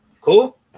Cool